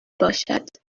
باشد